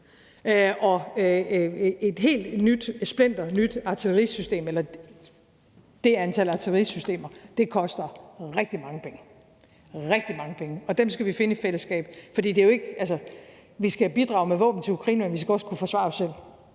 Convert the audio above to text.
Og et helt splinternyt artillerisystem, eller det antal artillerisystemer, koster rigtig mange penge – rigtig mange penge. Og dem skal vi finde i fællesskab. For vi skal jo bidrage med våben til Ukraine, og vi skal også kunne forsvare os selv.